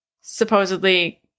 Supposedly